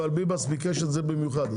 אבל ביבס ביקש את זה במיוחד,